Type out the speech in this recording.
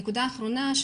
נקודה אחרונה,